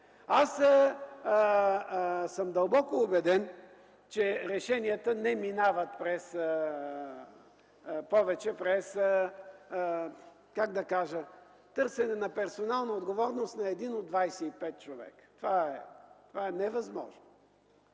Аз съм дълбоко убеден, че решенията не минават повече през търсене на персонална отговорност на един от 25 човека. Това е невъзможно!